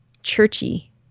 Churchy